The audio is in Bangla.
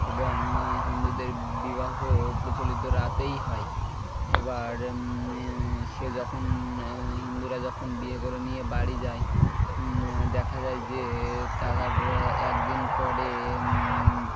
এবং হিন্দুদের বিবাহ প্রচলিত রাতেই হয় এবার সে যখন হিন্দুরা যখন বিয়ে করে নিয়ে বাড়ি যায় দেখা যায় যে তাাকার একদিন পরে